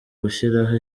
gushyiraho